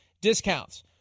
discounts